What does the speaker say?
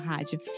Rádio